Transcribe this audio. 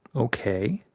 o-kay.